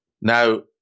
Now